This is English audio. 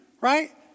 right